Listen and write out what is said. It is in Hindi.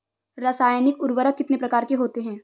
रासायनिक उर्वरक कितने प्रकार के होते हैं?